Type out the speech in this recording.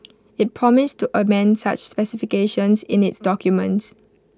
IT promised to amend such specifications in its documents